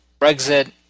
Brexit